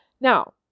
Now